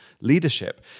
leadership